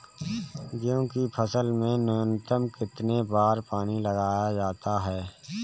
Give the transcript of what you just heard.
गेहूँ की फसल में न्यूनतम कितने बार पानी लगाया जाता है?